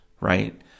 Right